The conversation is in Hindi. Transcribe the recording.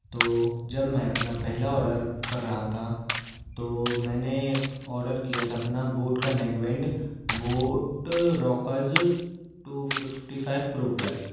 तो जब मैं अपना पहला ऑर्डर कर रहा था तो मैंने ऑर्डर किया था अपना बोट का neckband Boat Rockerz two fifty five pro plus